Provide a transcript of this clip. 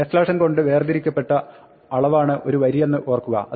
n കൊണ്ട് വേർതിരിക്കപ്പെട്ട ഒരു അളവാണ് ഒരു വരിയെന്ന് ഓർക്കുക